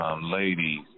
Ladies